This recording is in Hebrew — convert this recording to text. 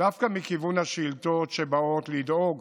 דווקא מכיוון השאילתות שבאות לדאוג